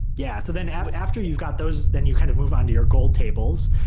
yeah. so then after you've got those, then you kind of move on to your gold tables.